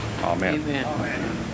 Amen